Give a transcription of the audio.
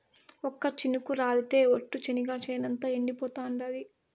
ఒక్క చినుకు రాలితె ఒట్టు, చెనిగ చేనంతా ఎండిపోతాండాది